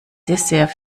dessert